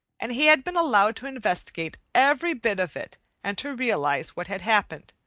and he had been allowed to investigate every bit of it and to realize what had happened.